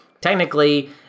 technically